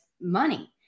money